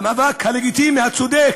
המאבק הלגיטימי, הצודק,